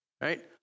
Right